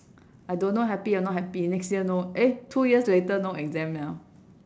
I don't know happy or not happy next year no eh two years later no exam liao